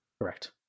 Correct